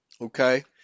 Okay